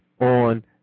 on